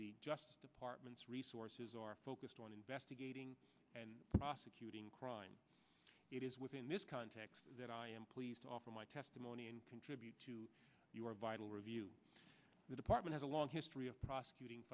the justice department's resources are focused on investigating and prosecuting crime it is within this context that i am pleased to offer my testimony and contribute to your vital review the department is a long history of prosecuting